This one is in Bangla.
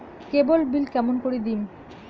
কেবল বিল কেমন করি দিম?